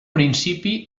principi